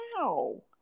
wow